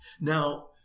Now